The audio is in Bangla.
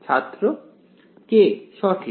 ছাত্র k সঠিক